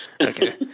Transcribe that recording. Okay